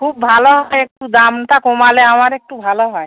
খুব ভালো হয় একটু দামটা কমালে আমার একটু ভালো হয়